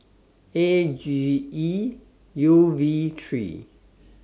A G E U V three